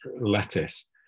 lettuce